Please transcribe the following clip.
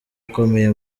akomeye